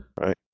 Right